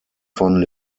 von